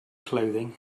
clothing